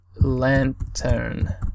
lantern